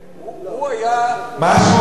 הוא היה, מה היה שמו?